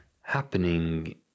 happening